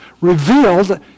revealed